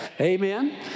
Amen